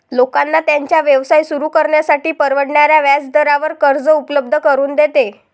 लोकांना त्यांचा व्यवसाय सुरू करण्यासाठी परवडणाऱ्या व्याजदरावर कर्ज उपलब्ध करून देते